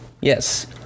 Yes